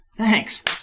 Thanks